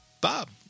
Bob